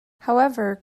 however